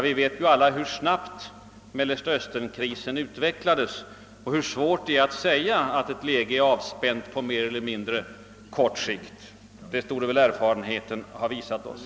Vi vet alla hur snabbt Mellersta Östernkrisen utvecklades och hur vanskligt det är att påstå att ett läge är avspänt på mer eller mindre kort sikt — det torde väl erfarenheten ha lärt oss.